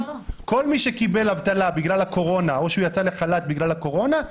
כל מי שקיבל אבטלה בגלל הקורונה או שיצא לחל"ת בגלל הקורונה,